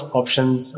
options